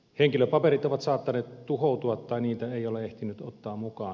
henkilöpaperit ovat saattaneet tuhoutua tai niitä ei ole ehtinyt ottaa mukaan